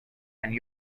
and